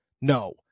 No